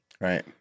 Right